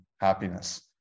happiness